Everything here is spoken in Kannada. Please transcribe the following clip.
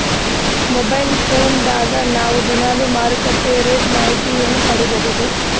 ಮೊಬೈಲ್ ಫೋನ್ ದಾಗ ನಾವು ದಿನಾಲು ಮಾರುಕಟ್ಟೆ ರೇಟ್ ಮಾಹಿತಿ ಹೆಂಗ ಪಡಿಬಹುದು?